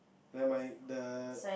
nevermind the